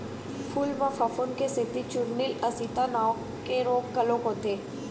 फूल म फफूंद के सेती चूर्निल आसिता नांव के रोग घलोक होथे